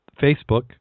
Facebook